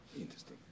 interesting